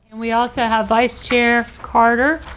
we also have vice chair carter.